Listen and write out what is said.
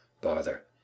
Bother